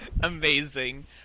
Amazing